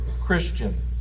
Christian